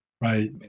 Right